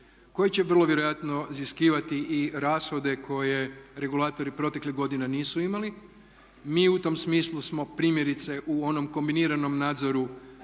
koje će vrlo vjerojatno iziskivati i rashode koje regulatori proteklih godina nisu imali. Mi u tom smislu smo primjerice u onom kombiniranom nadzoru